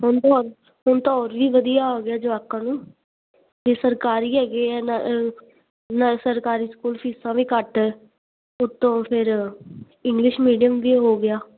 ਹੁਣ ਤਾਂ ਹੁਣ ਤਾਂ ਹੋਰ ਵੀ ਵਧੀਆ ਹੋ ਗਿਆ ਜੁਆਕਾਂ ਨੂੰ ਅਤੇ ਸਰਕਾਰੀ ਹੈਗੇ ਆ ਨ ਨਾਲੇ ਸਰਕਾਰੀ ਸਕੂਲ ਫੀਸਾਂ ਵੀ ਘੱਟ ਉੱਤੋਂ ਫਿਰ ਇੰਗਲਿਸ਼ ਮੀਡੀਅਮ ਵੀ ਹੋ ਗਿਆ